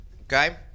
Okay